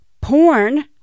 porn